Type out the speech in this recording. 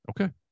Okay